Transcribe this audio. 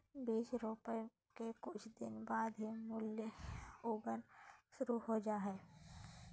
बीज रोपय के कुछ दिन बाद ही मूली उगना शुरू हो जा हय